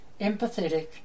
empathetic